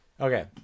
okay